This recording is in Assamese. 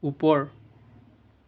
ওপৰ